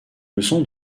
leçon